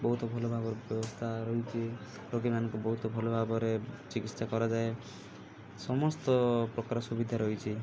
ବହୁତ ଭଲଭାବରେ ବ୍ୟବସ୍ଥା ରହିଛି ରୋଗୀମାନଙ୍କୁ ବହୁତ ଭଲ ଭାବରେ ଚିକିତ୍ସା କରାଯାଏ ସମସ୍ତ ପ୍ରକାର ସୁବିଧା ରହିଛି